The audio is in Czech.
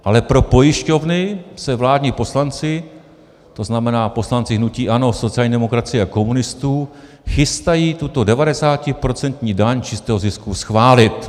Ale pro pojišťovny se vládní poslanci, tzn. poslanci hnutí ANO, sociální demokracie a komunistů, chystají tuto 90procentní daň čistého zisku schválit.